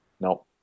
No